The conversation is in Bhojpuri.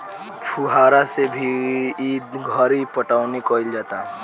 फुहारा से भी ई घरी पटौनी कईल जाता